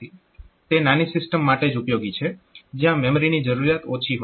તે નાની સિસ્ટમ્સ માટે જ ઉપયોગી છે જ્યાં મેમરીની જરૂરીયાત ઓછી હોય છે